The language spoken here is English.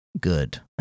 good